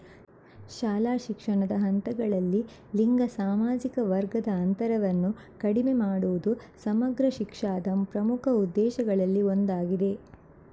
ಶಾಲಾ ಶಿಕ್ಷಣದ ಹಂತಗಳಲ್ಲಿ ಲಿಂಗ ಸಾಮಾಜಿಕ ವರ್ಗದ ಅಂತರವನ್ನು ಕಡಿಮೆ ಮಾಡುವುದು ಸಮಗ್ರ ಶಿಕ್ಷಾದ ಪ್ರಮುಖ ಉದ್ದೇಶಗಳಲ್ಲಿ ಒಂದಾಗಿದೆ